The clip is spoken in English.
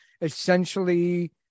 essentially